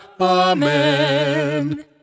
Amen